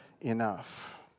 enough